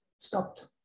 Stopped